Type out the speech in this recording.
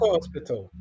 Hospital